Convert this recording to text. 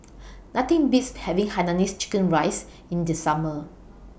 Nothing Beats having Hainanese Curry Rice in The Summer